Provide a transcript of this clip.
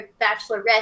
bachelorette